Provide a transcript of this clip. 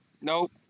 Nope